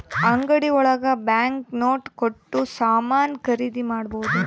ಅಂಗಡಿ ಒಳಗ bank note ಕೊಟ್ಟು ಸಾಮಾನ್ ಖರೀದಿ ಮಾಡ್ಬೋದು